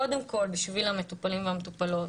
קודם כול בשביל המטופלים והמטופלות,